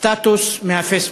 סטטוס מהפייסבוק: